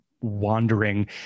wandering